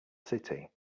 city